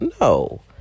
no